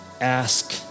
ask